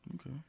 Okay